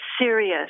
serious